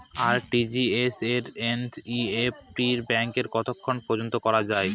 RTGS বা NEFT ব্যাংকে কতক্ষণ পর্যন্ত করা যায়?